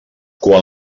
quan